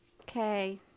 Okay